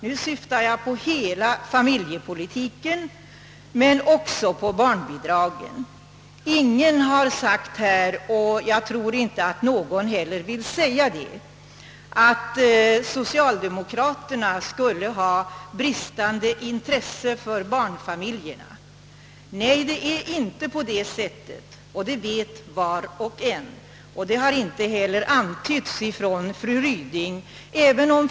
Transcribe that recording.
Nu syftar jag på hela familjepolitiken, alltså även omfattande barnbidragen. Ingen har sagt här och jag tror inte heller att någon vill påstå att socialdemokraterna skulle visa bristande intresse för barnfamiljerna. Nej, det är: inte på det sättet, och det vet var och en, det har inte heller antytts från fru Ryding.